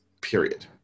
period